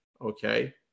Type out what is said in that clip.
okay